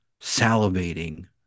salivating